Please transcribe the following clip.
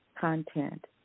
content